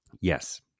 Yes